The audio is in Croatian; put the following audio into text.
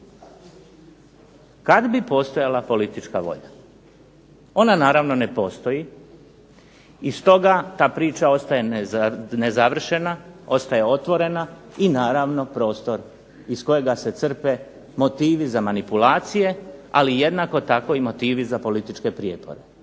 Kad bi postojala politička volja. Ona naravno ne postoji i stoga ta priča ostaje nezavršena, ostaje otvorena i naravno prostor iz kojega se crpe motivi za manipulacije, ali jednako tako i motivi za političke prijepore.